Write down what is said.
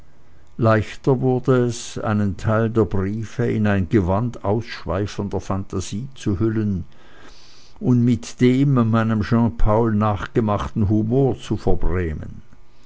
leichter wurde es einen teil der briefe in ein gewand ausschweifender phantasie zu hüllen und mit dem meinem jean paul nachgemachten humor zu verbrämen